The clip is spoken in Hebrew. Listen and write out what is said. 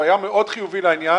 הוא היה מאוד חיובי לעניין.